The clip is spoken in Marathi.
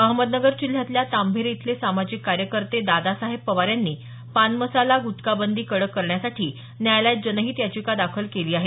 अहमदनगर जिल्ह्यातल्या तांभेरे इथले सामाजिक कार्यकर्ते दादासाहेब पवार यांनी पानमसाला गुटखा बंदी कडक करण्यासाठी न्यायालयात जनहीत याचिका दाखल केली आहे